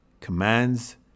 commands